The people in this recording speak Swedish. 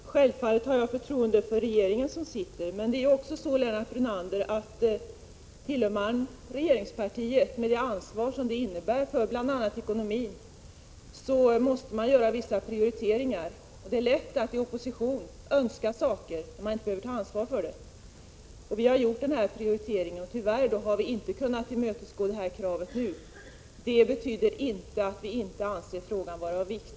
Herr talman! Självfallet har jag förtroende för regeringen, men om man tillhör regeringspartiet, med det ansvar som det innebär för bl.a. ekonomin, måste man göra vissa prioriteringar. Det är lätt att i opposition önska saker, då man inte behöver ta ansvar. Vi socialdemokrater har gjort denna prioritering och har tyvärr inte kunnat tillmötesgå detta krav nu, vilket inte betyder att vi inte anser frågan vara av vikt.